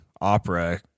opera